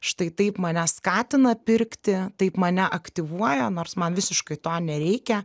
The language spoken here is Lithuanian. štai taip mane skatina pirkti taip mane aktyvuoja nors man visiškai to nereikia